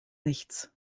nichts